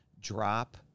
drop